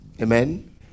Amen